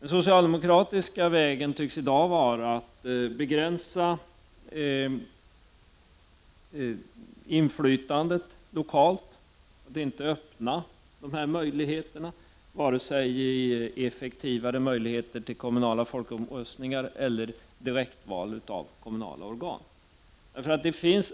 Den socialdemokratiska vägen tycks i dag vara att begränsa inflytandet lokalt. Möjligheterna är inte öppna vare sig till vidgade kommunala folkomröstningar eller till direktvalda